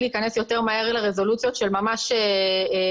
להיכנס יותר מהר לרזולוציות של ממש שכר,